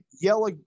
yellow